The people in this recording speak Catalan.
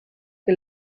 que